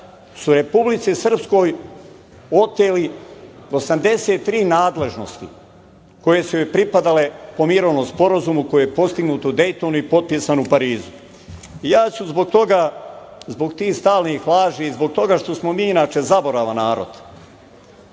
su Republici Srpskoj oteli 83 nadležnosti koje su joj pripadale po mirovnom sporazumu koji je postignut u Dejtonu, a poptisan u Parizu. Ja ću zbog tih stalnih laži i zbog toga što smo mi zaboravan narod,